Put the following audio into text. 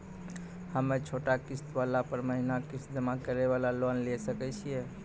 हम्मय छोटा किस्त वाला पर महीना किस्त जमा करे वाला लोन लिये सकय छियै?